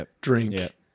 drink